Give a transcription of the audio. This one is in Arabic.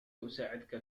أساعدك